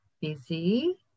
busy